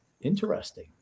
Interesting